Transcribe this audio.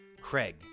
Craig